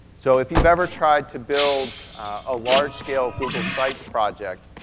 so if you've ever tried to build a large-scale google sites project,